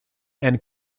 and